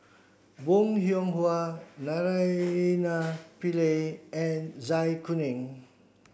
Bong Hiong Hwa Naraina Pillai and Zai Kuning